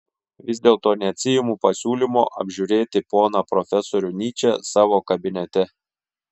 vis dėlto neatsiimu pasiūlymo apžiūrėti poną profesorių nyčę savo kabinete